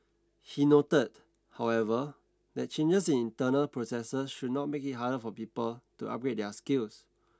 he noted however that changes in internal processes should not make it harder for people to upgrade their skills